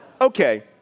Okay